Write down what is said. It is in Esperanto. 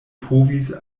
povis